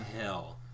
hell